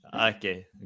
okay